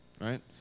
right